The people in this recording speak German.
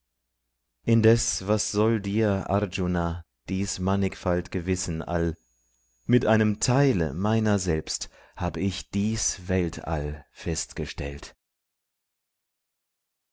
indeß was soll dir arjuna dies mannigfalt'ge wissen all mit einem teile meiner selbst hab ich dies weltall festgestellt